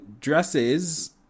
dresses